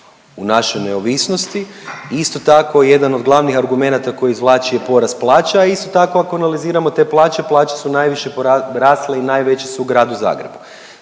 u našoj neovisnosti. Isto tako, jedan od glavnih argumenata koji izvlači je porast plaća, a isto tako, ako analiziramo te plaće, plaće su najviše porasle i najveće su u gradu Zagrebu.